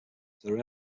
their